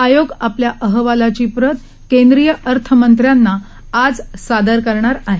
आयोग आपल्या अहवालाची प्रत केंद्रीय अर्थमंत्र्यांना आज सादर करणार आहे